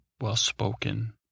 well-spoken